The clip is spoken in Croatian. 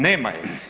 Nema je.